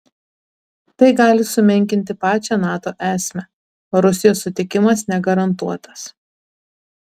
tai gali sumenkinti pačią nato esmę o rusijos sutikimas negarantuotas